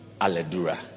Aledura